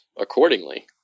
accordingly